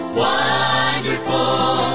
wonderful